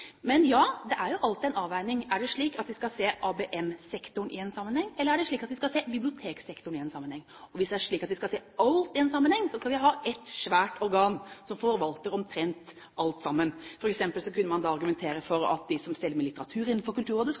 Men ja, det er alltid en avveining. Er det slik at vi skal se ABM-sektoren i en sammenheng, eller er det slik at vi skal se biblioteksektoren i en sammenheng? Hvis det er slik at vi skal se alt i en sammenheng, skal vi ha ett svært organ som forvalter omtrent alt sammen. For eksempel kunne man da argumentere for at de som steller med litteratur innenfor